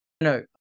No